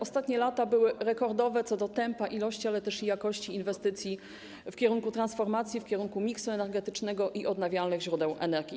Ostatnie lata były rekordowe co do tempa, ilości, ale też jakości inwestycji w kierunku transformacji, w kierunku miksu energetycznego i odnawialnych źródeł energii.